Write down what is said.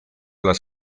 las